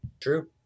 True